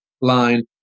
line